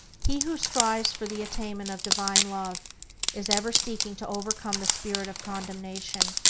he who strives for the attainment of divine love is ever seeking to overcome the spirit of condemnation,